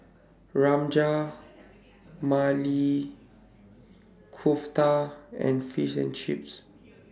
Rajma Maili Kofta and Fish and Chips